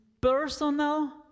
personal